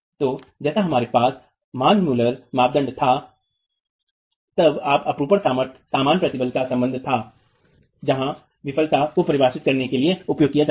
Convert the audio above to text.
तो जैसे हमारे पास मान मुलर मानदंड था तब तक अपरूपण सामर्थ्य सामान्य प्रतिबल का संबंध था जहां विफलता क्षेत्र को परिभाषित करने के लिए उपयोग किया जाता था